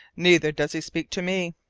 neither does he speak to me.